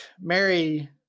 Mary